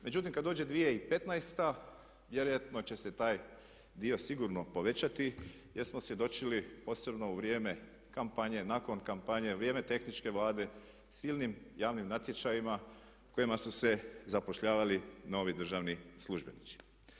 Međutim, kada dođe 2015. vjerojatno će se taj dio sigurno povećati jer smo svjedočili posebno u vrijeme kampanje, nakon kampanje, vrijeme tehničke Vlade, silnim javnim natječajima kojima su se zapošljavali novi državni službenici.